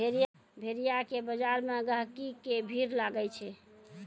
भेड़िया के बजार मे गहिकी के भीड़ लागै छै